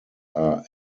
are